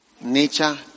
Nature